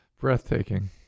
Breathtaking